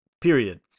period